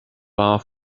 war